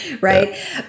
right